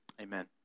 Amen